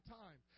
time